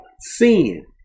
sin